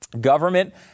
government